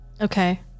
Okay